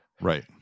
Right